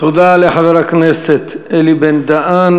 תודה לחבר הכנסת אלי בן-דהן.